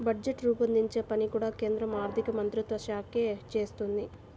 budget రూపొందించే పని కూడా కేంద్ర ఆర్ధికమంత్రిత్వ శాఖే చేస్తుంది